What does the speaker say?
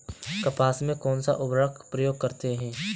कपास में कौनसा उर्वरक प्रयोग करते हैं?